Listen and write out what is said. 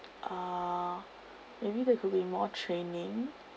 uh maybe there could be more training